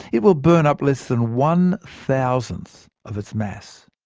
it will burn up less than one thousandth of its mass.